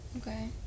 Okay